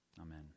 Amen